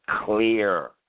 Clear